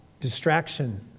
Distraction